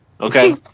Okay